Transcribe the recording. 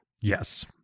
Yes